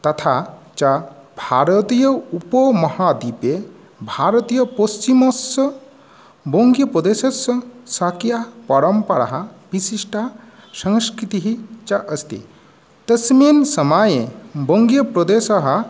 तथा च भारतीय उपमहाद्वीपे भारतीयपश्चिमस्य वङ्ग्यप्रदेशस्य शक्या परम्पराः विशिष्टा संस्कृतिः च अस्ति तस्मिन् समये वङ्ग्य प्रदेशः